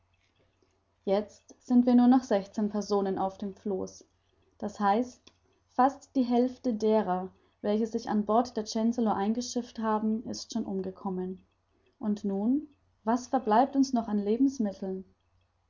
jetzt sind wir nur noch sechzehn personen auf dem floß d h fast die hälfte derer welche sich an bord des chancellor eingeschifft haben ist schon umgekommen und nun was verbleibt uns noch an lebensmitteln